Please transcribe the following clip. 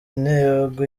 intego